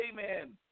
amen